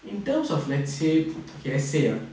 in terms of let's say okay let's say ah